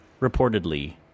reportedly